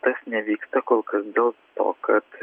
tas nevyksta kol kas dėl to kad